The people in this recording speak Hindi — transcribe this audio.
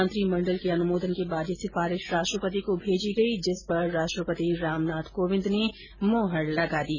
मंत्रिमंडल की अनुमोदन के बाद ये सिफारिश राष्ट्रपति को भेजी गई जिस पर राष्ट्रपति रामनाथ कोविंद ने मुहेर लगा दी